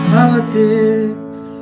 Politics